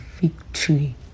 victory